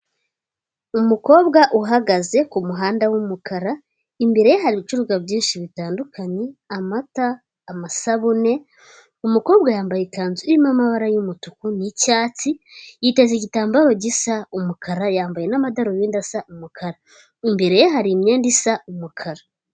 Umukobwa uhagaze ku muhanda w'umukara, imbere ye hari ibicuruzwa byinshi bitandukanye amata, amasabune, umukobwa yambaye ikanzu irimo amabara y'umutuku n,icyatsi yiteza igitambaro gisa umukara yambaye n'amadarubindi asa umukara, imbere ye hari imyenda isa umukara.